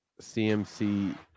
CMC